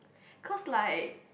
cause like